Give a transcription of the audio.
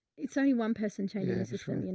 it's only one person changing the system,